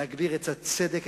להגביר את הצדק,